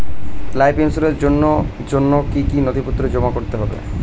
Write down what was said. Life ইন্সুরেন্সর জন্য জন্য কি কি নথিপত্র জমা করতে হবে?